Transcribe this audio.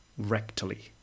rectally